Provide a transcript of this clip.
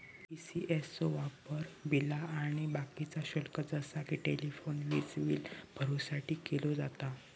ECS चो वापर बिला आणि बाकीचा शुल्क जसा कि टेलिफोन, वीजबील भरुसाठी केलो जाता